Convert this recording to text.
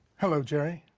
hello, jerry.